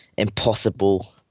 impossible